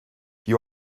you